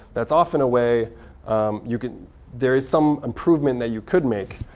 that's often a way you can there is some improvement that you could make.